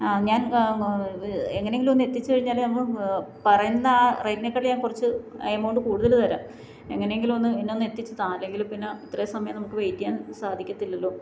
ആ ഞാന് എങ്ങനെയെങ്കിലും ഒന്നെത്തിച്ച് കഴിഞ്ഞാൽ നമ്മൾ പറയുന്ന ആ റെയ്റ്റിനെക്കാളും ഞാന് കുറച്ച് എമൗണ്ട് കൂടുതൽ തരാം എങ്ങനെയെങ്കിലുമൊന്ന് എന്നെ ഒന്നെത്തിച്ച് താ അല്ലെങ്കിൽ പിന്നെ ഇത്രയും സമയം നമുക്ക് വെയ്റ്റ് ചെയ്യാന് സാധിക്കത്തില്ലല്ലോ